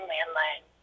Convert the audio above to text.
Landline